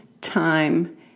time